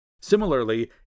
Similarly